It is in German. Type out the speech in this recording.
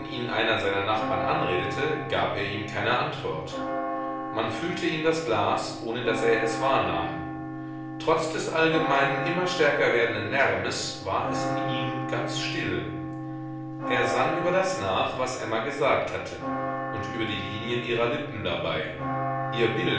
ihn einer seiner nachbarn anredete gab er ihm keine antwort man füllte ihm das glas ohne daß er es wahrnahm trotz des allgemeinen immer stärker werdenden lärmes war es in ihm ganz still er sann über das nach was emma gesagt hatte und über die linien ihrer lippen dabei ihr bild